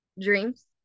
Dreams